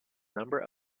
number